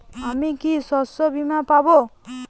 আমি কি শষ্যবীমা পাব?